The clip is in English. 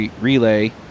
Relay